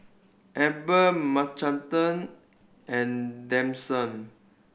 Ebbie and